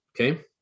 okay